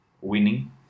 winning